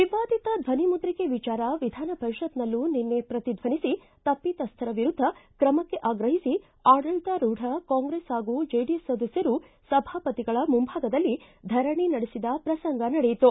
ವಿವಾದಿತ ಧ್ವನಿಮುದ್ರಿಕೆ ವಿಚಾರ ವಿಧಾನಪರಿಷತ್ತನಲ್ಲೂ ನಿನ್ನೆ ಪ್ರತಿಧ್ವನಿಸಿ ತಪ್ಪಿತಸ್ಥರ ವಿರುದ್ಧ ತ್ರಮಕ್ಕೆ ಆಗ್ರಹಿಸಿ ಆಡಳಿತಾರೂಢ ಕಾಂಗ್ರೆಸ್ ಹಾಗೂ ಜೆಡಿಎಸ್ ಸದಸ್ಟರು ಸಭಾಪತಿಗಲ ಮುಂಭಾಗದಲ್ಲಿ ಧರಣಿ ನಡೆಸಿದ ಪ್ರಸಂಗ ನಡೆಯಿತು